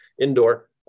Indoor